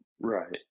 Right